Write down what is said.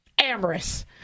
amorous